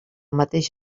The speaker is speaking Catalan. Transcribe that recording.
mateix